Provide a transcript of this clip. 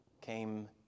came